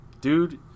dude